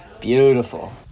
beautiful